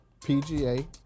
PGA